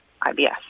IBS